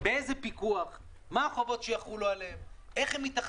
זה בסדר לפתוח בתוך ענפים תת קטגוריות